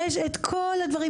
יש לה את כל הדברים,